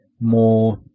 more